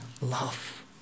love